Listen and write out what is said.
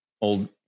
old